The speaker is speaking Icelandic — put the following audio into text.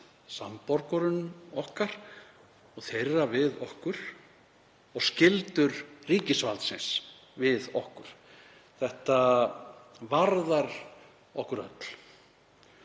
samborgurum okkar og þeirra við okkur og skyldur ríkisvaldsins við okkur. Þetta varðar okkur öll